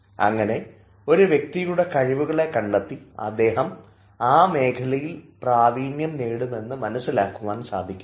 അങ്ങനെ ഒരു വ്യക്തിയുടെ കഴിവുകളെ കണ്ടെത്തി അദ്ദേഹം ആ മേഖലയിൽ പ്രാവീണ്യം നേടും എന്ന് മനസ്സിലാക്കുവാൻ സാധിക്കും